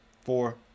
Four